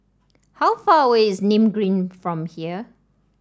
how far away is Nim Green from here